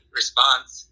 response